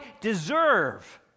deserve